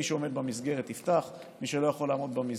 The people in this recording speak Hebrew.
מי שעומד במסגרת יפתח ומי שלא יכול לעמוד במסגרת